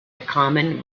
common